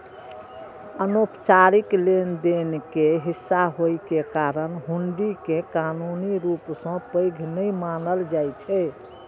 अनौपचारिक लेनदेन के हिस्सा होइ के कारण हुंडी कें कानूनी रूप सं वैध नै मानल जाइ छै